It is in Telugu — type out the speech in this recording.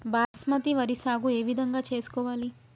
బాస్మతి వరి సాగు ఏ విధంగా చేసుకోవాలి?